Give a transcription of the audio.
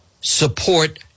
support